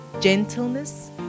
gentleness